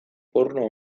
porno